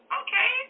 okay